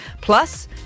Plus